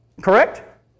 Correct